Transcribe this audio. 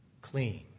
clean